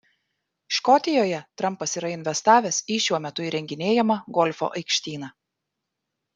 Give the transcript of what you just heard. škotijoje trampas yra investavęs į šiuo metu įrenginėjamą golfo aikštyną